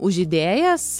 už idėjas